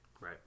Right